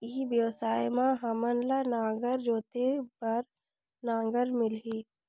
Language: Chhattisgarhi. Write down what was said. ई व्यवसाय मां हामन ला नागर जोते बार नागर मिलही?